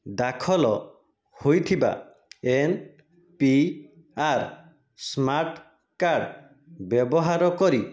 ଦାଖଲ ହୋଇଥିବା N P R smart card ବ୍ୟବହାର କରି